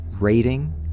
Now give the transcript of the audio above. rating